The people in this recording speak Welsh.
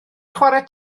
chwarae